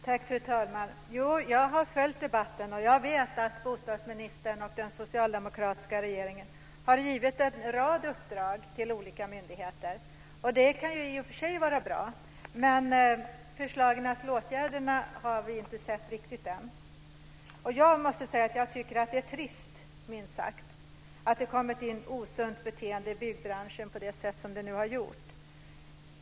Fru talman! Jo, jag har följt debatten, och jag vet att bostadsministern och den socialdemokratiska regeringen har gett en rad uppdrag till olika myndigheter. Det kan i och för sig vara bra. Men förslagen till åtgärder har vi inte sett riktigt än. Jag tycker att det är trist, minst sagt, att det har kommit in osunt beteende i byggbranschen på det sätt som nu har skett.